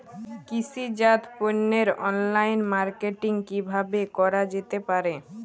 কৃষিজাত পণ্যের online marketing কিভাবে করা যেতে পারে?